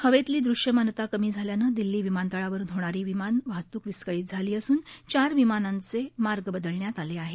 हवेतली दृष्यमानता कमी झाल्यानं दिल्ली विमानतळावरुन होणारी विमान वाहतूक विस्कळीत झाली असून चार विमानाचे मार्ग बदलण्यात आले आहेत